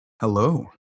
Hello